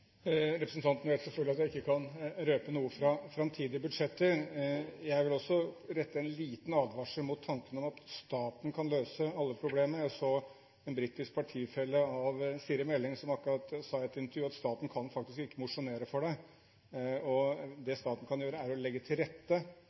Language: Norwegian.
Representanten vet selvfølgelig at jeg ikke kan røpe noe fra framtidige budsjetter. Jeg vil også rette en liten advarsel mot tanken om at staten kan løse alle problemer. Jeg så en britisk partifelle av Siri A. Meling som akkurat sa i et intervju at staten faktisk ikke kan mosjonere for deg. Det staten kan gjøre, er å legge til rette